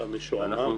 אתה משועמם אריק?